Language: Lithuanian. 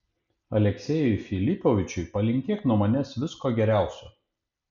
aleksejui filipovičiui palinkėk nuo manęs visko geriausio